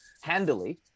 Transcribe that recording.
handily